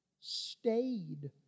stayed